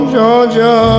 Georgia